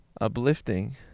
uplifting